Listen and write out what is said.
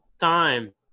time